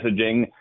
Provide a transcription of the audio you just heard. messaging